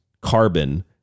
carbon